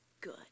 good